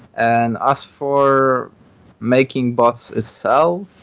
and as for making bots itself,